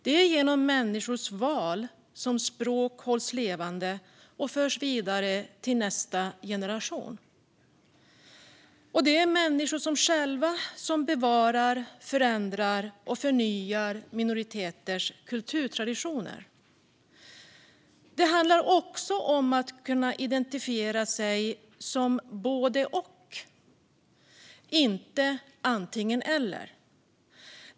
Det är genom människors val som språk hålls levande och förs vidare till nästa generation, och det är människor själva som bevarar, förändrar och förnyar minoriteters kulturtraditioner. Det handlar också om att kunna identifiera sig som både och, inte antingen eller.